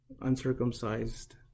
uncircumcised